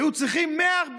היו צריכים 140 אנשים,